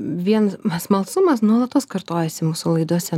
vien smalsumas nuolatos kartojasi mūsų laidose